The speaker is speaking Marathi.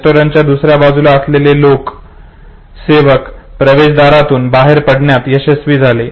रेस्टॉरंटच्या दुसर्या बाजूला असलेले लोक सेवक प्रवेशद्वारातून बाहेर पडण्यात यशस्वी झाले